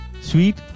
sweet